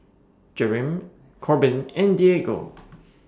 Jereme Corbin and Diego